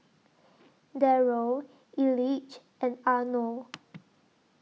Darrell Elige and Arno